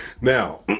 Now